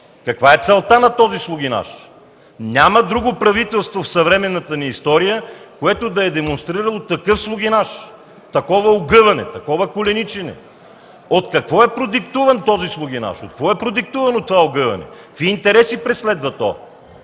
Каква е целта на този слугинаж? Няма друго правителство в съвременната ни история, което да е демонстрирало такъв слугинаж, такова огъване, такова коленичене! От какво е продиктуван този слугинаж? От какво е продиктувано това огъване? Какви интереси преследва то?